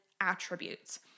attributes